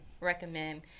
recommend